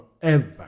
forever